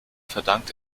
verdankt